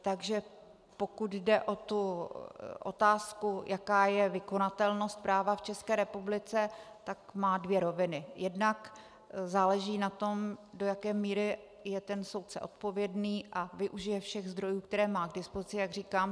Takže pokud jde o otázku, jaká je vykonatelnost práva v České republice, tak má dvě roviny: Jednak záleží na tom, do jaké míry je soudce odpovědný a využije všech zdrojů, které má k dispozici, jak říkám.